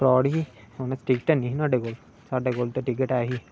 fraud ही उंहे ticket हे नी ओहदे कोल साढ़े कोल ते टिकट ऐ ही